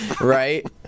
Right